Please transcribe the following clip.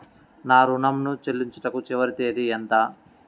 నా ఋణం ను చెల్లించుటకు చివరి తేదీ ఎంత?